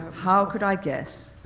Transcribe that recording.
how could i guess?